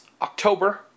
October